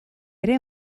ere